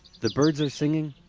the birds are singing,